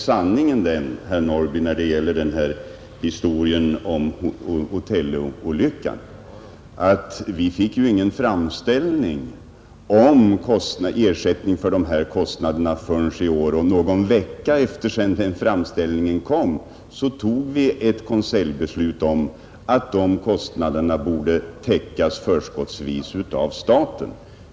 Sanningen när det gäller Otello-olyckan är ju den att vi inte fick någon framställning om ersättning för dessa kostnader förrän i år. Någon vecka efter det att den framställningen kom fattade vi ett konseljbeslut om att kostnaderna förskottsvis borde täckas av staten.